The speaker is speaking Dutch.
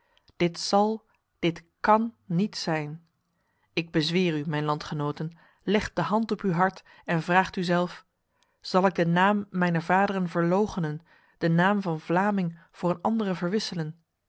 dit zal dit kan niet zijn ik bezweer u mijn landgenoten legt de hand op uw hart en vraagt uzelf zal ik de naam mijner vaderen verloochenen de naam van vlaming voor een andere verwisselen